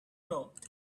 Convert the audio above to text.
road